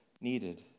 needed